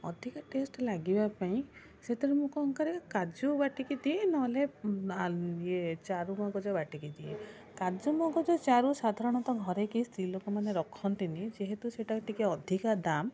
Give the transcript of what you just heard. ଅଧିକା ଟେଷ୍ଟ୍ ଲାଗିବାପାଇଁ ସେଥିରେ ମୁଁ କ'ଣ କରେ କାଜୁ ବାଟିକି ଦିଏ ନହେଲେ ଇଏ ଚାରୁମଗଜ ବାଟିକି ଦିଏ କାଜୁମଗଜ ଚାରୁ ସାଧାରଣତଃ ଘରେ କେହି ସ୍ତ୍ରୀଲୋକମାନେ ରଖନ୍ତିନି ଯେହେତୁ ସେଇଟା ଟିକିଏ ଅଧିକା ଦାମ୍